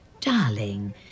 Darling